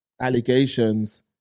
allegations